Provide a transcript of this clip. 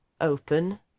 open